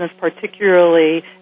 particularly